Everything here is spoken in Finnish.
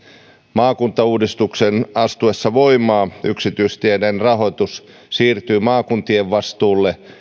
maakuntauudistuksen astuessa voimaan yksityisteiden rahoitus siirtyy maakuntien vastuulle